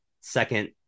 second